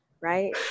right